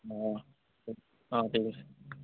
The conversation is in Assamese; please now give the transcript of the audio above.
অঁ অঁ ঠিক আছে